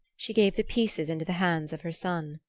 she gave the pieces into the hands of her son.